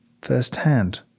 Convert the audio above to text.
firsthand